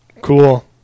cool